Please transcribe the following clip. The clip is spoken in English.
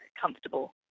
comfortable